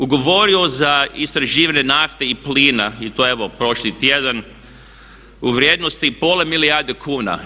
Ugovorio sam za istraživanje nafte i plina i to evo prošli tjedan u vrijednosti pola milijarde kuna.